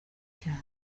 cyane